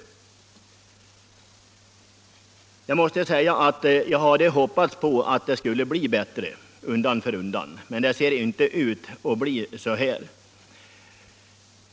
Jag måste säga att jag hade hoppats att det skulle bli bättre undan för undan, men det ser inte ut att bli så.